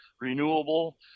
renewable